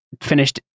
finished